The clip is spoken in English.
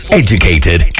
educated